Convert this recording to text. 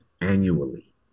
annually